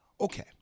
Okay